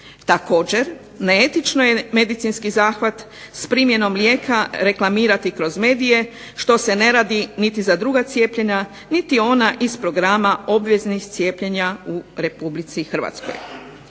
Također, neetično je medicinski zahvat s primjenom lijeka reklamirati kroz medije što se ne radi niti za druga cijepljenja niti ona iz programa obveznih cijepljenja u RH.